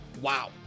wow